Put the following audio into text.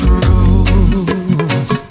rules